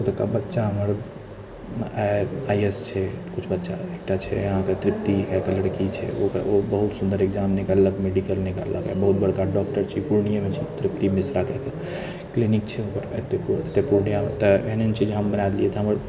ओतुका बच्चा हमर आइ ए एस छै कुछ बच्चा एकटा छै अहाँके तृप्ति एकगो लड़की छै ओ बहुत सुन्दर एक्जाम निकाललक मेडिकल निकाललक है बहुत बड़का डॉक्टर छियै पूर्णियैंमे छै तृप्ति मिश्रा कहिके क्लिनिक छै एतय पूर्णियाँमे तऽ एहन एहन चीज हम बनाइ देलियै तऽ हमर